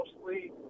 mostly